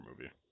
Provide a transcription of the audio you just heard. movie